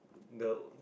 the